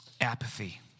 Apathy